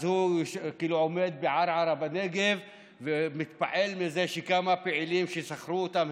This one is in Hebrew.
אז הוא כאילו עומד בערערה בנגב ומתפעל מזה שכמה פעילים ששכרו אותם,